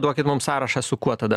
duokit mums sąrašą su kuo tada